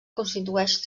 constitueix